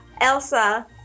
Elsa